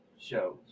shows